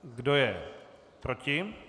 Kdo je proti?